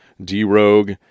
D-Rogue